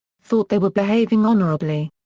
thought they were behaving honourably.